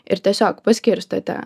ir tiesiog paskirstote